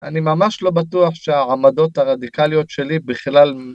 אני ממש לא בטוח שהעמדות הרדיקליות שלי בכלל.